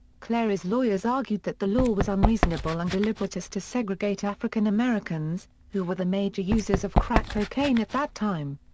clary's lawyers argued that the law was unreasonable and deliberate as to segregate african-americans, who were the major users of crack cocaine at that time.